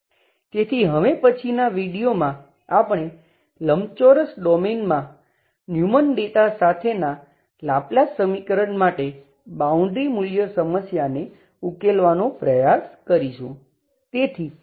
તેથી હવે પછીનાં વિડિઓ માટે બાઉન્ડ્રી મૂલ્ય સમસ્યાને ઉકેલવાનો પ્રયાસ કરીશું